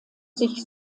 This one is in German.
sich